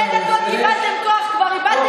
אתם שיחקתם משחק דמוקרטי